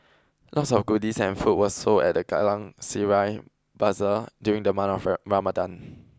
lots of goodies and food were sold at the Geylang Serai Bazaar during the month of Ramadan